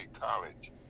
College